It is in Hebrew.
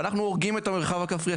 ואנחנו הורגים את המרחב הכפרי.